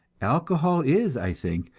alcohol is, i think,